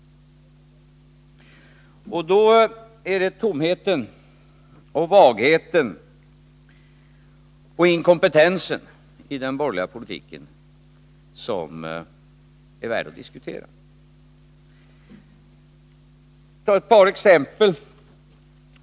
Då är det tomheten, vagheten och inkompetensen i den borgerliga politiken som är värda att diskutera. Jag skall ta ett par exempel.